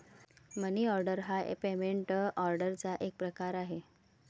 मनी order हा payment ऑर्डरचा एक प्रकार आहे